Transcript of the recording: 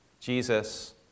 Jesus